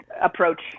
approach